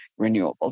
renewables